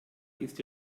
ist